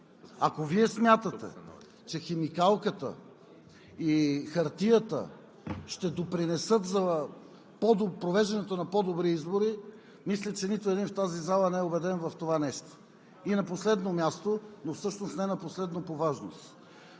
Ако Вие смятате, че химикалката и хартията ще допринесат за провеждането на по-добри избори, мисля, че нито един в тази зала не е убеден в това нещо. На последно място, но не на последно по важност,